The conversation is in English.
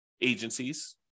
agencies